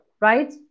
right